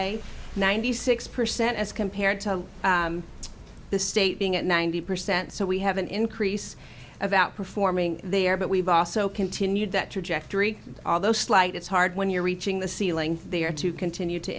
the ninety six percent as compared to the state being at ninety percent so we have an increase of outperforming there but we've also continued that trajectory although slight it's hard when you're reaching the ceiling they are to continue to